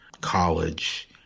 college